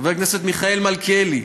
חבר הכנסת מיכאל מלכיאלי,